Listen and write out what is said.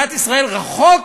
במדינת ישראל רחוק